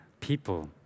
people